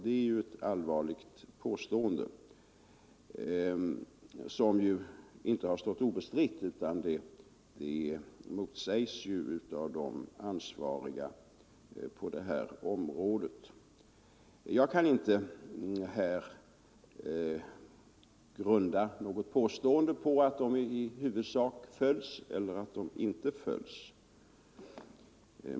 Det är ett allvarligt påstående, som ju inte heller har stått obestritt. Det motsägs av de ansvariga på området. Jag kan inte heller finna någon grund för ett påstående vare sig att bestämmelserna i huvudsak följs eller att de inte följs.